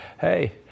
Hey